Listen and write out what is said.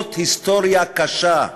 חורבות היסטוריה קשה,